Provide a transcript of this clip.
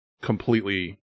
completely